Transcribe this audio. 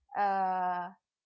uh